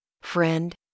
Friend